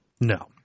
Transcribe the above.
no